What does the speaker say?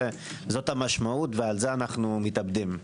זו המשמעות, ועל זה אנו מתאבדים.